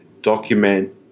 document